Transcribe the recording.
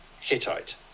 Hittite